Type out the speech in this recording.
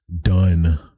done